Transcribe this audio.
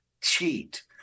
cheat